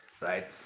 right